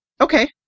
Okay